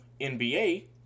NBA